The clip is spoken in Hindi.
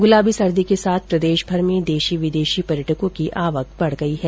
गुलाबी सर्दी के साथ ही प्रदेशभर में देशी विदेशी पर्यटकों की आवक बढ़ गई है